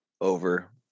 over